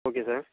okay sir